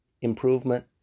improvement